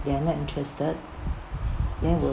they are not interested they will